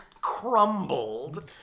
Crumbled